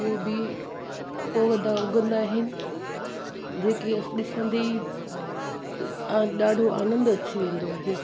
ॿियो बि पौधा उगंदा आहिनि जेके ॾिसंदे ई ॾाढो आनंद अची वेंदो आहे